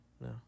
No